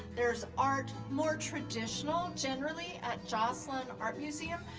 there's art, more traditional, generally, at joslyn art museum,